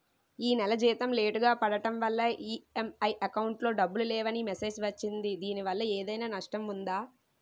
ఈ నెల జీతం లేటుగా పడటం వల్ల ఇ.ఎం.ఐ అకౌంట్ లో డబ్బులు లేవని మెసేజ్ వచ్చిందిదీనివల్ల ఏదైనా నష్టం ఉందా?